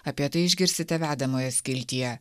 apie tai išgirsite vedamojo skiltyje